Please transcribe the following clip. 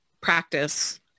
practice